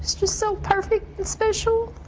just so perfect and special.